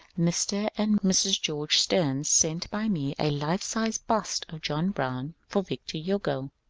mr. and mrs. george steams sent by me a life-sized bust of john brown for victor hugo.